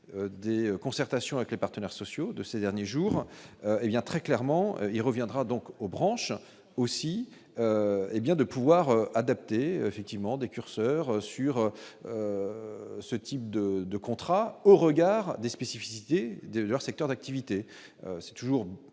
des concertations avec les partenaires sociaux de ces derniers jours il y a très clairement il reviendra donc aux branches aussi hé bien de pouvoir adapter effectivement des curseurs sur ce type de de contrats au regard des spécificités des leur secteur d'activité, c'est toujours